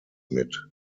mit